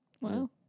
Wow